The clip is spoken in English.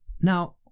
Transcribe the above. now